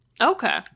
Okay